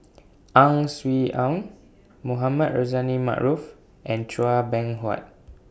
Ang Swee Aun Mohamed Rozani Maarof and Chua Beng Huat